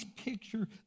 picture